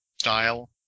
style